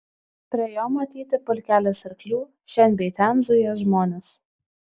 prie jo matyti pulkelis arklių šen bei ten zuja žmonės